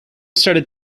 started